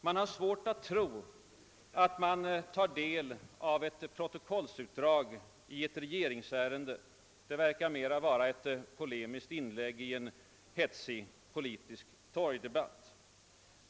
Man har svårt att tro att man tar del av ett protokollsutdrag i ett regeringsärende. Det verkar mera vara ett polemiskt inlägg i en hetsig politisk torgdebatt.